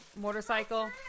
motorcycle